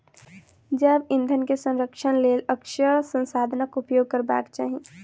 जैव ईंधन के संरक्षणक लेल अक्षय संसाधनाक उपयोग करबाक चाही